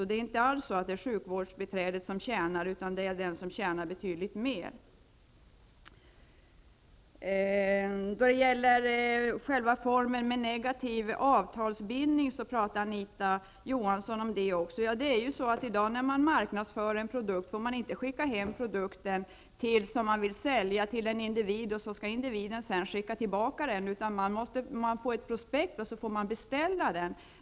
Det är inte alls sjukvårdsbiträdet som tjänar på detta, utan de som har betydligt högre inkomst. Anita Johansson talar också om själva formen med negativ avtalsbindning. När en produkt i dag marknadsförs får man inte skicka den produkt man vill sälja hem till någon så att individen själv får skicka tillbaka den. Det skickas ett prospekt, och sedan får man beställa den.